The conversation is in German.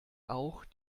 auch